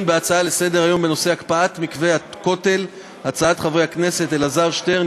בהצעות לסדר-היום שהעלו חברי הכנסת אלעזר שטרן,